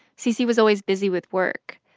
cc was always busy with work.